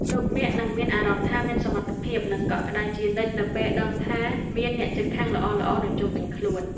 លោកអ្នកនឹងមានអារម្មណ៍ថាមានសុវត្ថិភាពនិងកក់ក្តៅជានិច្ចនៅពេលដឹងថាមានអ្នកជិតខាងល្អៗនៅជុំវិញខ្លួន។